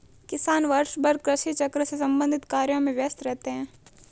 किसान वर्षभर कृषि चक्र से संबंधित कार्यों में व्यस्त रहते हैं